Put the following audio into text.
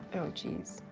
oh, jeez.